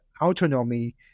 autonomy